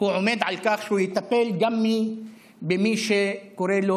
עומד על כך שהוא יטפל גם במי שקורא לו: